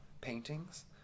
paintings